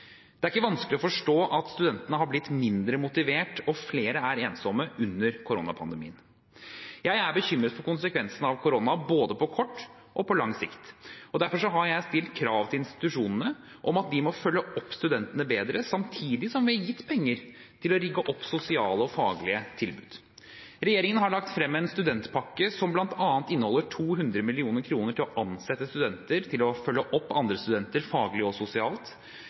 Det er ikke vanskelig å forstå at studentene har blitt mindre motiverte, og at flere er ensomme under koronapandemien. Jeg er bekymret for konsekvensene av korona både på kort og på lang sikt. Derfor har jeg stilt krav til institusjonene om at de må følge opp studentene bedre, samtidig som vi har gitt penger til å rigge opp sosiale og faglige tilbud. Regjeringen har lagt frem en studentpakke som bl.a. inneholder 200 mill. kr til å ansette studenter til å følge opp andre studenter faglig og sosialt,